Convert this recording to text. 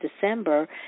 December